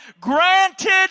granted